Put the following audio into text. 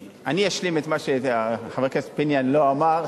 אני אשלים את מה שחבר הכנסת פיניאן לא אמר,